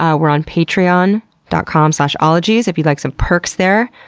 ah we're on patreon dot com slash ologies if you'd like some perks there,